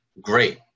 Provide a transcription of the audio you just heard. great